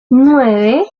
nueve